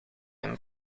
een